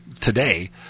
today